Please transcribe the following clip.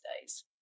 days